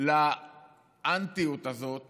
לאנטיות הזאת